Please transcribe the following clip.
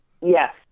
Yes